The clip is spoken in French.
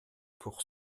pour